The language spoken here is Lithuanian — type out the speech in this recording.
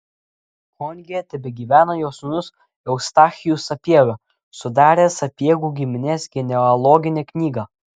konge tebegyvena jo sūnus eustachijus sapiega sudaręs sapiegų giminės genealoginę knygą